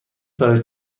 برای